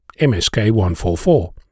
MSK144